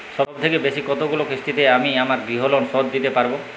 সবথেকে বেশী কতগুলো কিস্তিতে আমি আমার গৃহলোন শোধ দিতে পারব?